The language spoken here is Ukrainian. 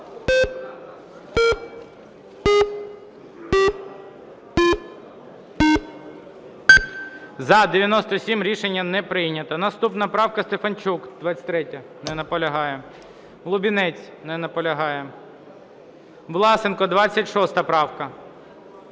За-97 Рішення не прийнято. Наступна правка Стефанчук, 23-я. Не наполягає. Лубінець. Не наполягає. Власенко, 26 правка.